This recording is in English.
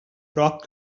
rock